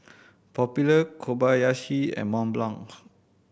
Popular Kobayashi and Mont Blanc